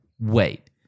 wait